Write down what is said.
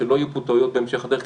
שלא יהיה פה טעויות בהמשך הדרך,